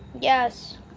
Yes